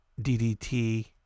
DDT